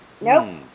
Nope